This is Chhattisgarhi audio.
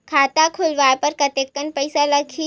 खाता खुलवाय बर कतेकन पईसा लगही?